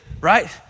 right